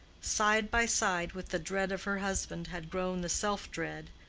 side by side with the dread of her husband had grown the self-dread,